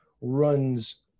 runs